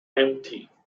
empty